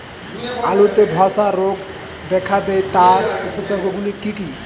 আলুতে ধ্বসা রোগ দেখা দেয় তার উপসর্গগুলি কি কি?